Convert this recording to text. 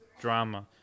drama